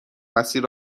مسیر